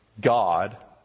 God